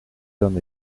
dan